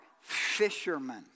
fishermen